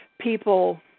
people